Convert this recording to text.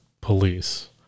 police